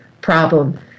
problem